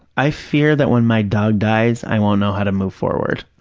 i fear that when my dog dies i won't know how to move forward.